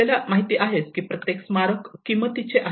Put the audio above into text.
आपल्याला माहित आहे की प्रत्येक स्मारक किमतीची आहे